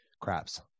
Crabs